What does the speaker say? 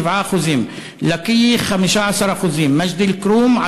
7%; לקיה 15%; מג'ד-אלכרום,